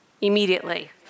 Immediately